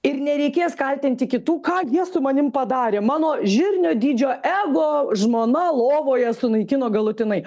ir nereikės kaltinti kitų ką jie su manim padarė mano žirnio dydžio ego žmona lovoje sunaikino galutinai